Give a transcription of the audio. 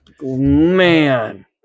Man